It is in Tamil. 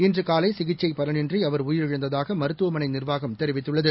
இன்றுகாலைசிகிச்சைபலனின்றிஅவர் உயிரிழந்ததாகமருத்துவமனைநிர்வாகம் தெரிவித்துள்ளது